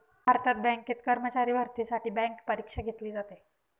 भारतात बँकेत कर्मचारी भरतीसाठी बँक परीक्षा घेतली जाते